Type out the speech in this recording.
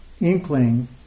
inkling